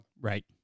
right